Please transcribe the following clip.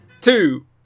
two